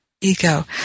ego